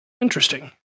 interesting